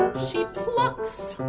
and she puts.